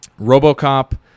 Robocop